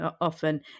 often